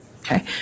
Okay